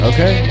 Okay